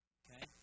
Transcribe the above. okay